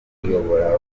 kuyobora